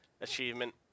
achievement